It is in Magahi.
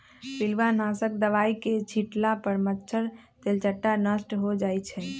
पिलुआ नाशक दवाई के छिट्ला पर मच्छर, तेलट्टा नष्ट हो जाइ छइ